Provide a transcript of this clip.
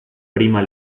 prima